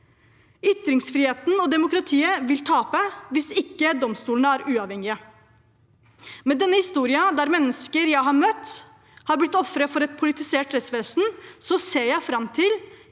Ytringsfriheten og demokratiet vil tape hvis ikke domstolene er uavhengige. Med denne historien, der mennesker jeg har møtt, er blitt ofre for et politisert rettsvesen, ser jeg fram til